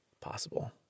possible